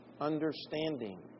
understanding